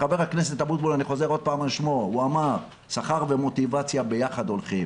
ח"כ אבוטבול אמר ששכר ומוטיבציה ביחד הולכים.